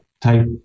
type